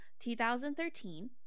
2013